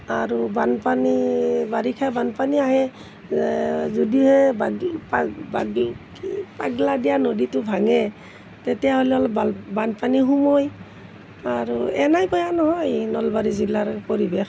আৰু বানপানী বাৰিষা বানপানী আহে যদিহে কি পাগলাদিয়া নদীটো ভাঙে তেতিয়াহ'লে অলপ বানপানী সোমায় আৰু এনেই বেয়া নহয় নলবাৰী জিলাৰ পৰিৱেশ